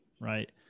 right